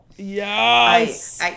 Yes